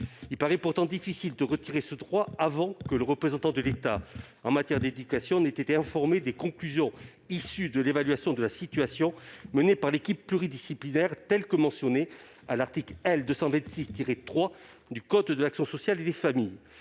Il paraît pourtant difficile de retirer ce droit avant que le représentant de l'État en matière d'éducation n'ait été informé des conclusions de l'évaluation de la situation menée par l'équipe pluridisciplinaire, telle que mentionnée à l'article L. 226-3 du code de l'action sociale et des familles.